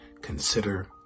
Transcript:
Consider